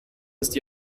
ist